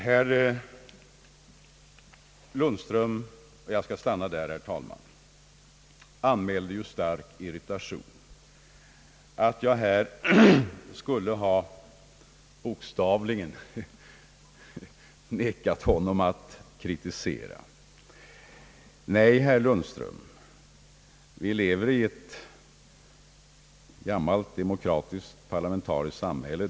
Herr Lundström — och jag skall stanna med det, herr talman — anmälde stark irritation över att jag bokstavligen skulle ha nekat honom att kritisera. Nej, herr Lundström! Vi lever i ett gammalt demokratiskt, parlamentariskt samhälle.